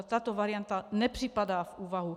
Tato varianta nepřipadá v úvahu.